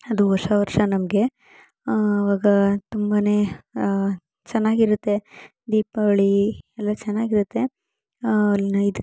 ಅದು ಹೊಸ ವರ್ಷ ನಮಗೆ ಆವಾಗ ತುಂಬನೇ ಚೆನ್ನಾಗಿರುತ್ತೆ ದೀಪಾವಳಿ ಎಲ್ಲ ಚೆನ್ನಾಗಿರುತ್ತೆ ಎಲ್ಲ ಇದು